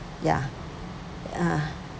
ya ah